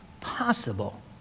possible